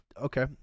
Okay